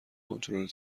کنترل